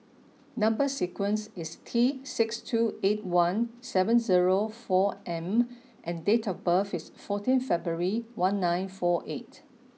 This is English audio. number sequence is T six two eight one seven zero four M and date of birth is fourteen February one nine four eight